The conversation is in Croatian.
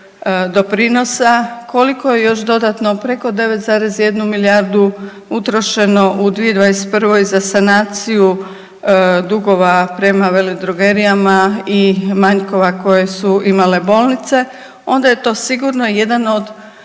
doprinosa, koliko je još dodatno preko 9,1 milijardu utrošeno u 2021. za sanaciju dugova prema veledrogerijama i manjkova koje su imale bolnice onda je to sigurno jedan od